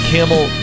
Campbell